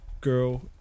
girl